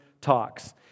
Talks